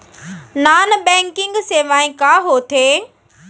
non banking सेवाएं का होथे